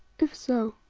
if so,